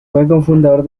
cofundador